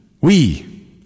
oui